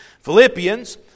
Philippians